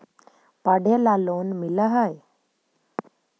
पढ़े ला लोन मिल है?